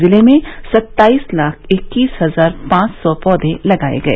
जिले में सत्ताईस लाख इक्कीस हजार पांच सौ पौधे लगाए गए